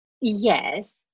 yes